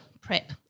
prep